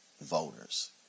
voters